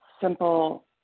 simple